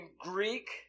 Greek